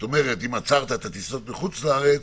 זאת אומרת, אם עצרת את הטיסות מחוץ לארץ,